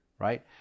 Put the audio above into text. right